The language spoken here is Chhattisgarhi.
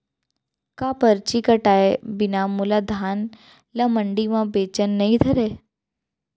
का परची कटाय बिना मोला धान ल मंडी म बेचन नई धरय?